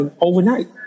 overnight